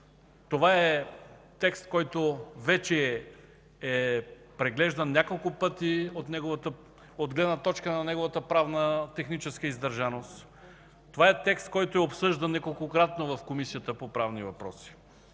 това е текст, който вече е преглеждан няколко пъти от гледна точка на неговата правнотехническа издържаност. Това е текст, който е обсъждан неколкократно в Комисията по правни въпроси.